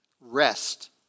rest